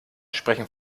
sprechen